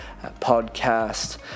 podcast